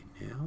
now